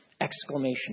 exclamation